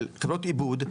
חברות עיבוד,